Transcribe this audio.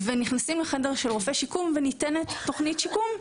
נכנסים לחדר של רופא השיקום ושם ניתנת תוכנית שיקום.